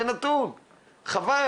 זה נתון וחבל.